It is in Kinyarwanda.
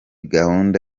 gahunda